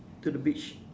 to the beach